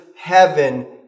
heaven